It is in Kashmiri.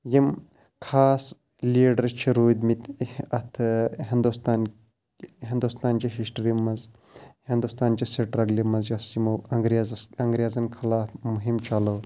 یِم خاص لیٖڈَر چھِ روٗدۍ مٕتۍ اَتھ ہِندُستان ہِندُستانچہِ ہِسٹری منٛز ہِندُستانچہِ سٹرگلہِ منٛز یۄس یِمو انٛگریزَس انٛگریزَن خٕلاف مُہِم چَلٲو